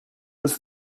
was